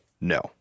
no